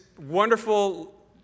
wonderful